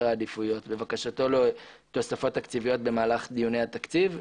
עדיפויות בבקשתו לתוספות תקציביות במהלך דיוני התקציב,